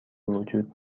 وجود